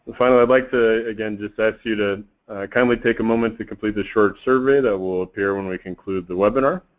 finally i'd like to again just ask you to kindly take a moment to complete this short survey that will appear when we conclude the webinar.